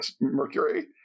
Mercury